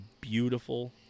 beautiful